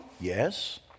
Yes